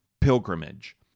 pilgrimage